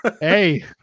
Hey